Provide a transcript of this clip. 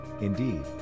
indeed